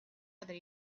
other